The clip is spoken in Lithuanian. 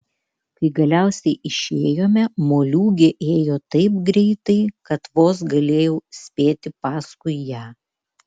kai galiausiai išėjome moliūgė ėjo taip greitai kad vos galėjau spėti paskui ją